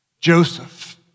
Joseph